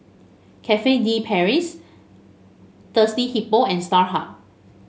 Cafe De Paris Thirsty Hippo and Starhub